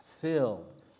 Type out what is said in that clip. filled